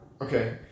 okay